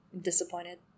Disappointed